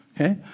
Okay